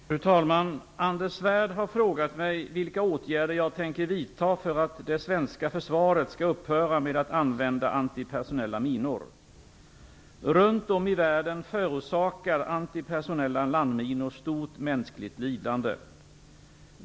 Fru talman! Anders Svärd har frågat mig vilka åtgärder jag tänker vidta för att det svenska försvaret skall upphöra med att använda antipersonella minor. Runt om i världen förorsakar antipersonella landminor stort mänskligt lidande.